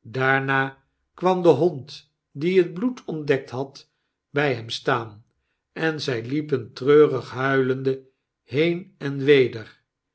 daarna kwam de hond die het bloed ontdekt had bfl hem staan en zy liepen treurig huilende heen en weder